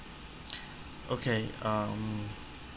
okay um